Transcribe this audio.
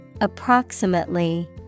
Approximately